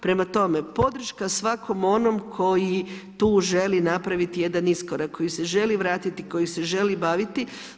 Prema tome, podrška svakom onom koji tu želi napraviti jedan iskorak, koji se želi vratiti, koji se želi baviti.